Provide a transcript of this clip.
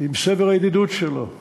עם סבר הידידות שלו.